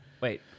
Wait